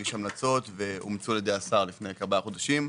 הגיש המלצות ואומצו על ידי השר לפני כארבעה חודשים.